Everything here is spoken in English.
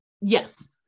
yes